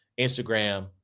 Instagram